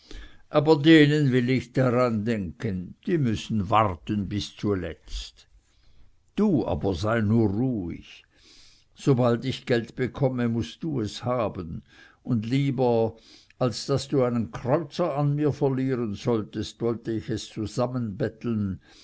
aber denen will ich daran denken die müssen warten bis zuletzt du aber sei nur ruhig sobald ich geld bekomme mußt du es haben und lieber als daß du einen kreuzer an mir verlieren solltest wollte ich es zusammenbetteln